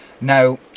Now